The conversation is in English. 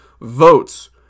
votes